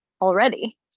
Already